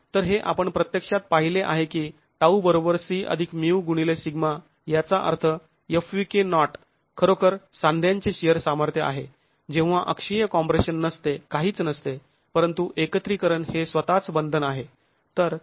तर हे आपण प्रत्यक्षात पाहिले आहे की टाऊ बरोबर C अधिक म्यू गुणिले सिग्मा याचा अर्थ fvk0 नॉट खरोखर सांध्यांचे शिअर सामर्थ्य आहे जेव्हा अक्षीय कॉम्प्रेशन नसते काहीच नसते परंतु एकत्रीकरन हे स्वतःच बंधन आहे